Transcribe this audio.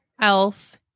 else